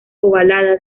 ovalada